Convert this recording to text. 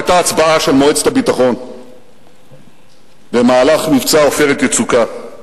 היתה הצבעה של מועצת הביטחון במהלך מבצע "עופרת יצוקה".